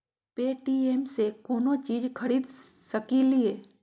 Paytm से कौनो चीज खरीद सकी लिय?